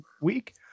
week